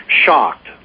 shocked